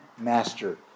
master